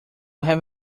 have